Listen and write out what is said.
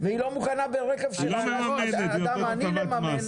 והיא לא מוכנה ברכב של אדם עני לממן.